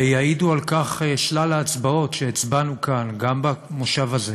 ויעידו על כך שלל ההצבעות שהצבענו כאן גם במושב הזה